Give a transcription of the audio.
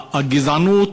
הגזענות